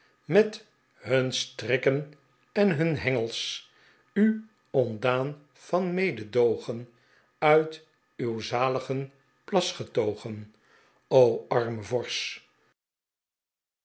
met hun strjkken en hun hengels u ontdaan van mededoogen uit uw zaalgen plan getogen pl o arme